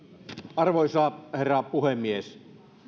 arvoisa herra puhemies